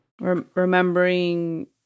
remembering